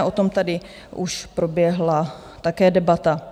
O tom tady už proběhla také debata.